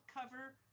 cover